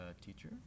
teacher